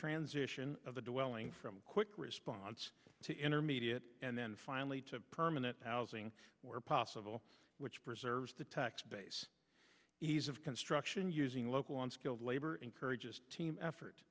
transition of the dwelling from quick response to intermediate and then finally to permanent housing where possible which preserves the tax base ease of construction using local on skilled labor encourages team effort